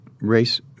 race